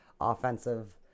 offensive